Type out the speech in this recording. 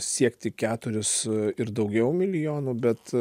siekti keturis ir daugiau milijonų bet